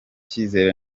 cyizere